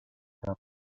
cap